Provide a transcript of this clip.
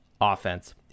offense